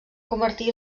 convertir